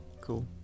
Cool